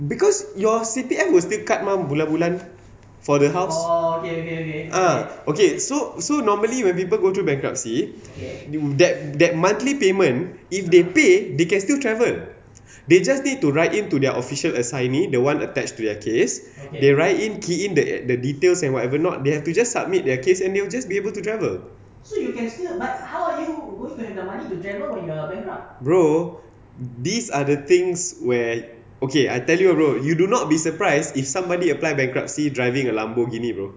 because your C_P_F will still cut mah bulan-bulan for the house ah okay so so normally when people go through bankruptcy that that monthly payment if they pay they can still travel they just need to write in to their official assignee the one attached to their case they write in key in the details and whatever not they have to just submit their case and you just be able to travel bro these other things where okay I tell you ah bro you do not be surprised if somebody apply bankruptcy driving a lamborghini bro